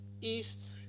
east